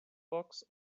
books